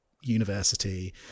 university